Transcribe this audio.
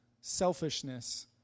selfishness